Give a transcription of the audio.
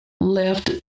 left